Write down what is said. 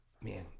Man